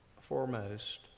foremost